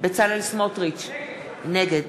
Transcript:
בצלאל סמוטריץ, נגד